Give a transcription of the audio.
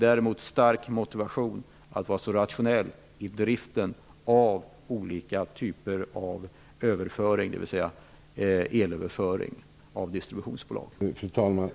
Däremot skall det finnas en stark motivation för distributionsföretagen att vara så rationella som möjligt i driften av olika typer av elöverföring.